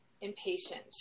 impatient